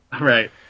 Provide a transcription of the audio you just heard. Right